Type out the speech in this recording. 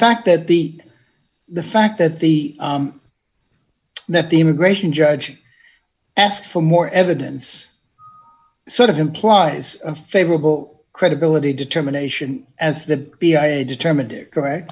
fact that the the fact that the that the immigration judge asked for more evidence sort of implies a favorable credibility determination as the cia determined to correct